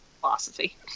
philosophy